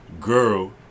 Girl